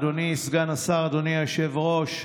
אדוני סגן השר, אדוני היושב-ראש.